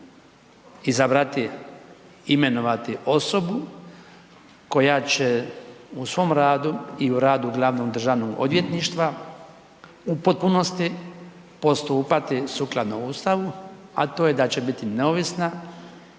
izabrati, imenovati osobu koja će u svom radu i u radu glavnog državnog odvjetništva u potpunosti postupati sukladno Ustavu, a to je da će biti neovisna